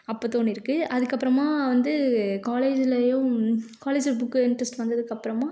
அப்போ தோணியிருக்கு அதுக்கப்புறமா வந்து காலேஜ்லேயும் காலேஜில் புக் இன்ட்ரெஸ்ட் வந்ததுக்கு அப்புறமா